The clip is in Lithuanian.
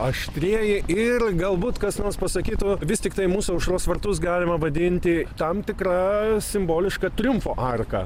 aštrieji ir galbūt kas nors pasakytų vis tiktai mūsų aušros vartus galima vadinti tam tikra simboliška triumfo arka